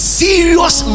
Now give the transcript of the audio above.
serious